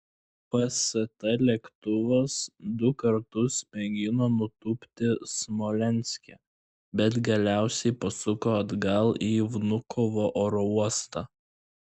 fst lėktuvas du kartus mėgino nutūpti smolenske bet galiausiai pasuko atgal į vnukovo oro uostą